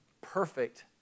perfect